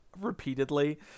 repeatedly